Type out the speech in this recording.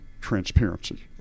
transparency